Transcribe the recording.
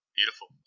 Beautiful